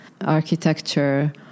architecture